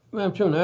madam chair,